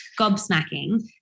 gobsmacking